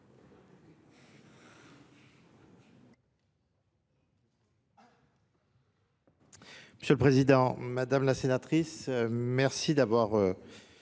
Monsieur le Président, Madame la Sénatrice, merci d'avoir